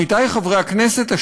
עמיתי חברי הכנסת,